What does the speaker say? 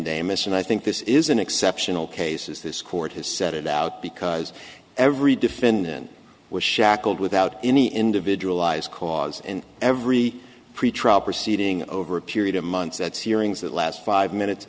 and i think this is an exceptional cases this court has set it out because every defendant was shackled without any individual eyes cause and every pretrial proceeding over a period of months that's hearings that last five minutes